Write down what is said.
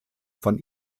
von